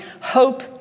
hope